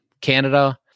canada